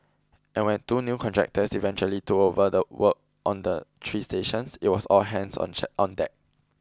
and when two new contractors eventually took over the work on the three stations it was all hands on check on deck